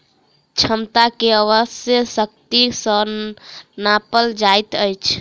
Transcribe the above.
क्षमता के अश्व शक्ति सॅ नापल जाइत अछि